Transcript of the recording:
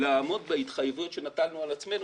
לעמוד בהתחייבויות שנטלנו על עצמנו